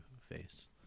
face